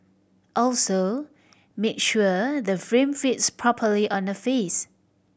also make sure the frame fits properly on the face